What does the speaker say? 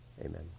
amen